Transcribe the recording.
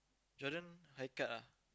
children high cut lah